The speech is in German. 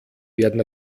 werden